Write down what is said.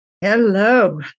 Hello